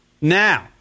now